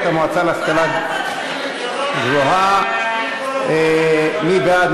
המועצה להשכלה גבוהה (תיקון מס' 18). מי בעד,